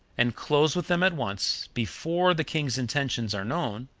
and close with them at once, before the king's intentions are known,